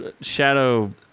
Shadow